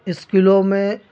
اسکلوں میں